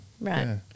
Right